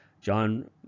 John